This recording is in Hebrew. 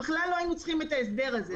לא היינו צריכים את ההסדר הזה.